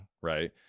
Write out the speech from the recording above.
right